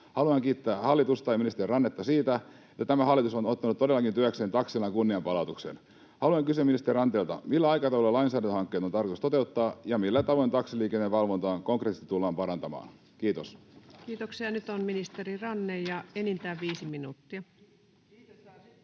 Haluan kiittää hallitusta ja ministeri Rannetta siitä, että tämä hallitus on ottanut todellakin työkseen taksialan kunnianpalautuksen. Haluan kysyä ministeri Ranteelta: millä aikataululla lainsäädäntöhankkeet on tarkoitus toteuttaa, ja millä tavoin taksiliikennevalvontaa konkreettisesti tullaan parantamaan? — Kiitos. [Aki Lindén: Kiitetään sitten kun saadaan